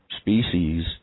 species